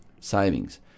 savings